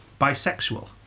bisexual